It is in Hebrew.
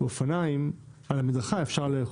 אפשר לאכוף.